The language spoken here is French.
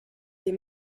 des